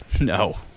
No